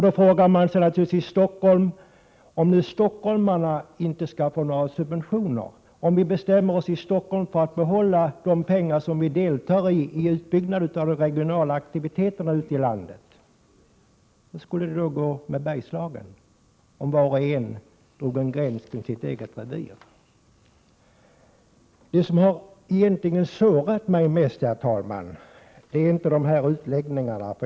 Då frågar man sig naturligtvis i Stockholm: Om nu stockholmarna inte skall få några subventioner, och om vi i Stockholm bestämmer oss för att i stället här behålla de pengar med vilka vi deltar i uppbyggnaden av de regionala aktiviteterna ute i landet — hur går det då med Bergslagen? Hur går det över huvud taget om var och en drar en gräns kring sitt eget revir? Det som har sårat mig mest, herr talman, är inte Bo Söderstens utläggningar.